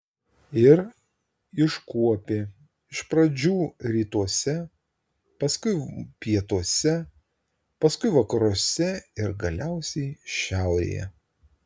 ir iškuopė iš pradžių rytuose paskui pietuose paskui vakaruose ir galiausiai šiaurėje